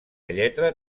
lletra